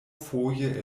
foje